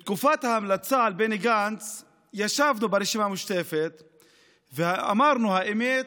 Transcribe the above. בתקופת ההמלצה על בני גנץ ישבנו ברשימה המשותפת ואמרנו: האמת,